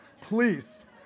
please